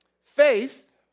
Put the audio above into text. Faith